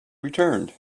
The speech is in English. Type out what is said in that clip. returned